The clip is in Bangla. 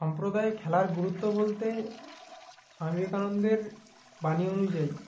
সম্প্রদায় খেলার গুরুত্ব বলতে স্বামী বিবেকানন্দের বাণী অনুযায়ী